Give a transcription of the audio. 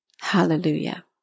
Hallelujah